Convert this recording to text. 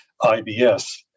IBS